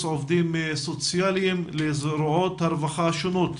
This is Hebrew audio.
עובדים סוציאליים לזרועות הרווחה השונות,